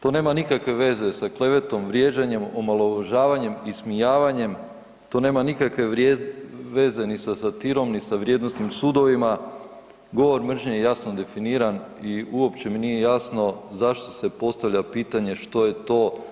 To nema nikakve veze sa klevetom, vrijeđanjem, omalovažavanjem, ismijavanjem, to nema nikakve veze ni sa satirom ni sa vrijednostima sudova, govor mržnje je jesno definiran i uopće mi nije jasno zašto se postavlja pitanje što je to.